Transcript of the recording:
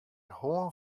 hân